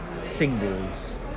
singles